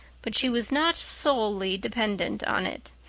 but she was not solely dependent on it.